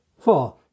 four